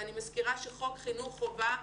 ואני מזכירה שחוק חינוך חובה,